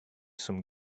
some